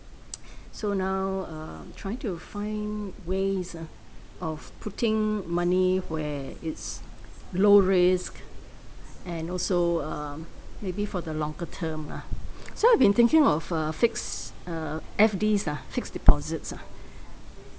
so now uh I'm trying to find ways ah of putting money where it's low risk and also um maybe for the longer term ah so I've been thinking of uh fixed uh F_Ds ah fixed deposits ah